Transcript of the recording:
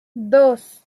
dos